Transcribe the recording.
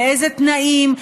באילו תנאים,